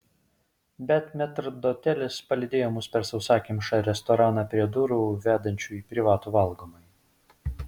bet metrdotelis palydėjo mus per sausakimšą restoraną prie durų vedančių į privatų valgomąjį